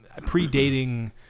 predating